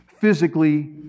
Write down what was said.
physically